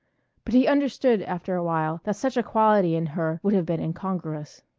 but he understood after a while that such a quality in her would have been incongruous.